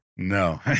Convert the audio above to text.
No